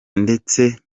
ndetse